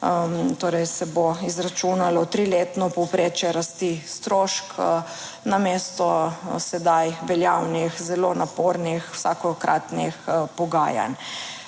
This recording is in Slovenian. Torej se bo izračunalo triletno povprečje rasti stroškov namesto sedaj veljavnih zelo napornih vsakokratnih pogajanj.